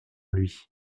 lui